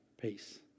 peace